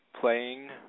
Playing